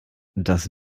dass